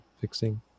fixing